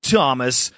Thomas